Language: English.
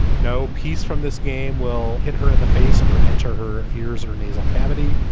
no peace from this game will hit her in the face or enter her ears or nasal cavity.